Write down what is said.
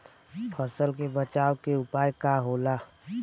फसल के बचाव के उपाय का होला?